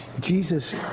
Jesus